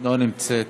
אינה נוכחת,